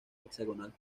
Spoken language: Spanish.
hexagonal